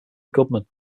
goodman